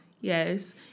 Yes